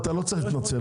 אתה לא צריך להתנצל.